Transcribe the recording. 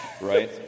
right